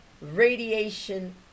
radiation